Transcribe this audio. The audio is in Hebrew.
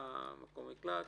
מקום מקלט,